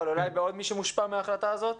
אבל אולי עוד מישהו מושפע מההחלטה הזאת?